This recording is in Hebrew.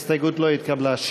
ההסתייגות לא התקבלה.